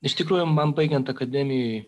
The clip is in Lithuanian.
iš tikrųjų man baigiant akademijoj